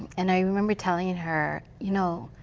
and i remember telling her, you know,